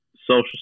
social